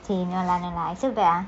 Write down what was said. okay no lah no lah I so bad ah